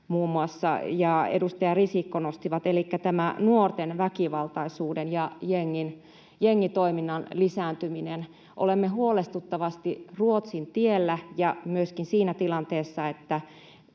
Tolvanen ja edustaja Risikko nostivat, elikkä tämän nuorten väkivaltaisuuden ja jengitoiminnan lisääntymisen. Olemme huolestuttavasti Ruotsin tiellä, mutta myöskin siinä tilanteessa, että